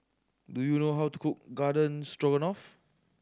do you know how to cook Garden Stroganoff